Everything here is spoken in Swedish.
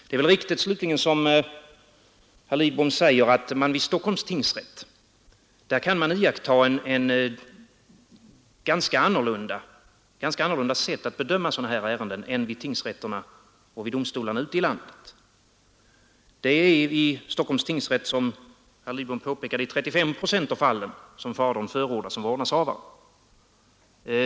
Det är väl riktigt, som herr Lidbom säger, att man vid Stockholms tingsrätt i ganska stor utsträckning kan finna ett annorlunda sätt att bedöma sådana här ärenden än vid många domstolar ute i landet. Vid Stockholms tingsrätt förordas, som herr Lidbom påpekade, i 35 procent av fallen fadern som vårdnadshavare.